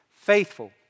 faithful